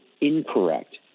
incorrect